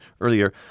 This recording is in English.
earlier